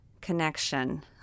connection